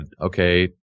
okay